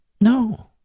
No